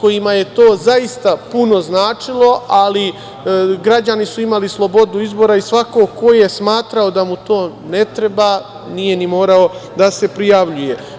kojima je to zaista puno značilo, ali građani su imali slobodu izbora i svako ko je smatrao da mu to ne treba, nije ni morao da se prijavljuje.